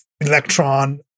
Electron